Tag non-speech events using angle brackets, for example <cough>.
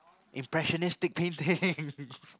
impressionistic paintings <laughs>